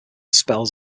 spells